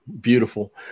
beautiful